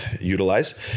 utilize